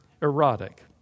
erotic